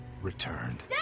returned